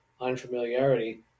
unfamiliarity